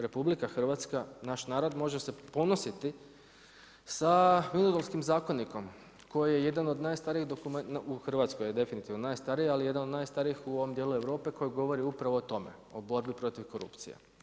RH, naš narod može se ponositi sa Vinodolskim zakonikom, koji je jedan od najstarijih dokumenata, u Hrvatskoj je definitivno najstariji, ali jedan od najstarijih o ovom djelu Europe koji govori upravo o tome, o borbi protiv korupcije.